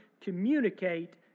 communicate